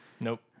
Nope